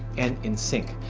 and in sync.